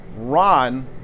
Ron